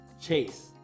chase